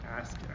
ask